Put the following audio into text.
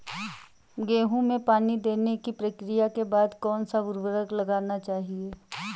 गेहूँ में पानी देने की प्रक्रिया के बाद कौन सा उर्वरक लगाना चाहिए?